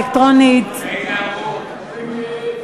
עצמיות), לשנת הכספים 2014, לא נתקבלו.